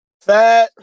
Fat